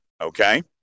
Okay